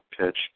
pitch